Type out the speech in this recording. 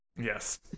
Yes